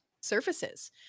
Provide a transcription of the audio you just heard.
surfaces